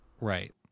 Right